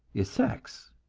is sex.